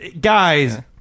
Guys